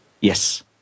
Yes